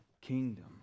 kingdom